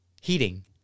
heating